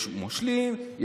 יש מושלים,